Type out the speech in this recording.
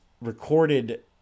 recorded